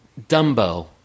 Dumbo